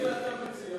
איזה אתה מציע?